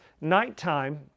nighttime